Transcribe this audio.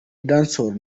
dancehall